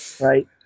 Right